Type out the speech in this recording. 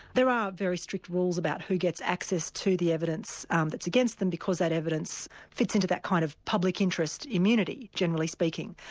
there are very strict rules about who gets access to the evidence um that's against them, because that evidence fits in to that kind of public interest immunity generally speaking.